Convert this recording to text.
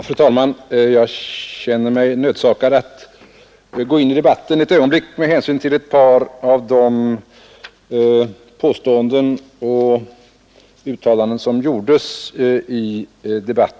Fru talman! Jag känner mig nödsakad att ett ögonblick gå in i debatten med hänsyn till ett par av de påståenden och uttalanden som gjorts här nyss.